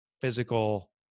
physical